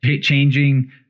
changing